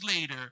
later